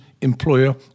employer